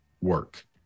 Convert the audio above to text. work